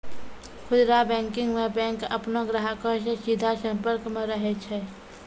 खुदरा बैंकिंग मे बैंक अपनो ग्राहको से सीधा संपर्क मे रहै छै